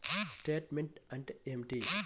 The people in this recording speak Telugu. స్టేట్మెంట్ అంటే ఏమిటి?